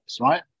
right